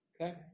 Okay